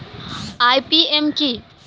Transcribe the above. IPM কি?